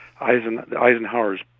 Eisenhower's